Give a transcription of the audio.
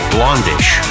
Blondish